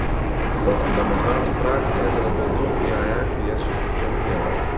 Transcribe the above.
socialdemokratų frakcija dėl bėdų iae kviečiasi premjerą